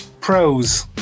Pros